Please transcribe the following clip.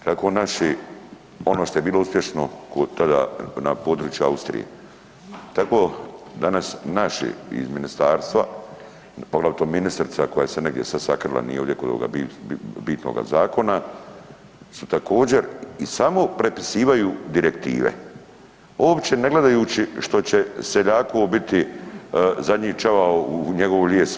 Kako naši, ono što je bilo uspješno ko tada na području Austrije, tako danas naši iz ministarstva, poglavito ministrica koja se negdje sad sakrila, nije ovdje kod ovoga bitnoga zakona, su također i samo prepisivaju direktive uopće ne gledajući što će seljaku ovo biti zadnji čavao u njegov lijes.